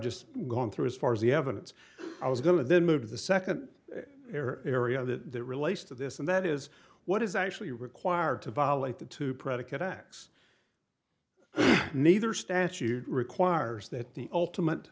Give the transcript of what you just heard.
just gone through as far as the evidence i was going to then move to the second area that relates to this and that is what is actually required to violate the two predicate acts neither statute requires that the ultimate